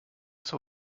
zur